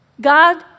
God